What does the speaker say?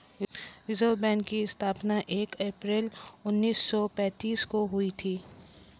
reserve bank की स्थापना एक अप्रैल उन्नीस सौ पेंतीस को हुई थी